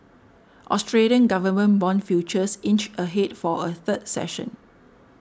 Australian government bond futures inched ahead for a third session